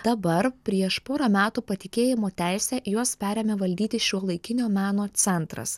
dabar prieš porą metų patikėjimo teise juos perėmė valdyti šiuolaikinio meno centras